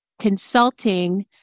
consulting